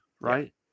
right